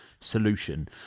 solution